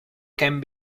can